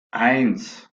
eins